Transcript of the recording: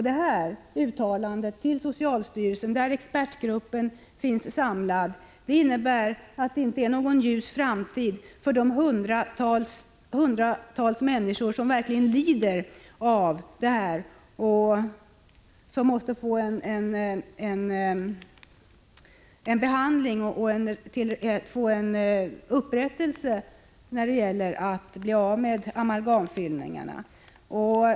Detta uttalande till socialstyrelsen, där expertgruppen finns samlad, innebär att framtiden inte ter sig särskilt ljus för de många människor som verkligen lider av oral galvanism och som måste få behandling och upprättelse, så att de kan bli av med amalgamfyllningarna.